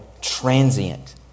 transient